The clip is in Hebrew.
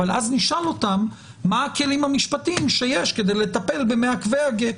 אבל אז נשאל אותם מה הכלים המשפטיים שיש כדי לטפל במעכבי גט.